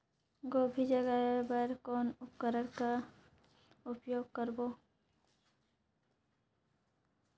गोभी जगाय बर कौन उपकरण के उपयोग करबो?